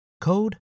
code